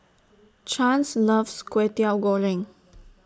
Chance loves Kway Teow Goreng